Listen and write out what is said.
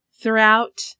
throughout